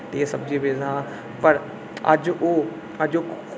ते सब्जी बेचदा हा पर अज्ज ओह् अज्ज ओह्